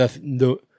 no